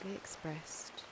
expressed